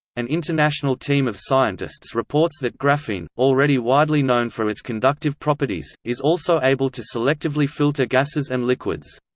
an international team of scientists reports that graphene, already widely known for its conductive properties, is also able to selectively filter gases and liquids.